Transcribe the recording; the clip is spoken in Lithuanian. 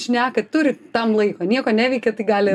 šneka turi tam laiko nieko neveikia tai gali